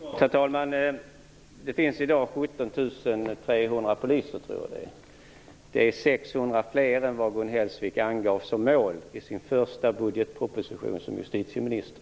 Herr talman! Det finns i dag 17 300 poliser, tror jag. Det är 600 fler än vad Gun Hellsvik angav som mål i sin första budgetproposition som justitieminister.